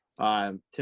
Tim